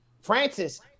francis